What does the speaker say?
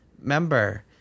member